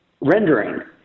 rendering